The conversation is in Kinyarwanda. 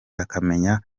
akamenya